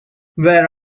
where